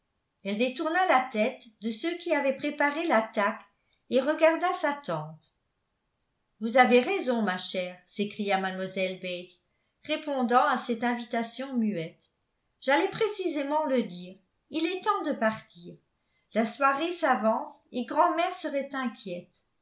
elle détourna la tête de ceux qui avaient préparé l'attaque et regarda sa tante vous avez raison ma chère s'écria mlle bates répondant à cette invitation muette j'allais précisément le dire il est temps de partir la soirée s'avance et grand'mère serait inquiète